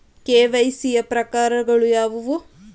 KYC ಯ ಪ್ರಕಾರಗಳು ಯಾವುವು?